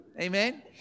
Amen